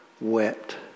wept